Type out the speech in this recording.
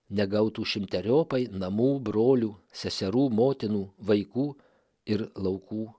negautų šimteriopai namų brolių seserų motinų vaikų ir laukų